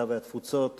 הקליטה והתפוצות